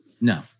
No